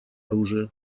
оружия